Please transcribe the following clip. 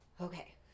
Okay